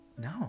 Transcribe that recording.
no